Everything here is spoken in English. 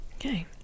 Okay